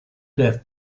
death